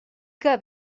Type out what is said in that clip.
que